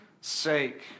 sake